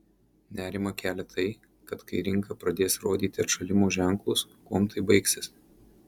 nerimą kelia tai kad kai rinka pradės rodyti atšalimo ženklus kuom tai baigsis